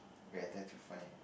we are there to find